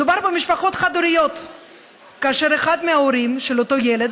מדובר במשפחות חד-הוריות שבהן אחד מההורים של אותו ילד,